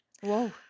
Whoa